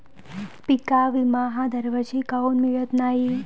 पिका विमा हा दरवर्षी काऊन मिळत न्हाई?